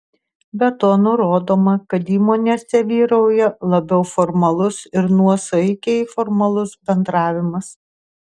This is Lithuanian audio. be to nurodoma kad įmonėse vyrauja labiau formalus ir nuosaikiai formalus bendravimas